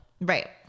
Right